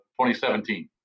2017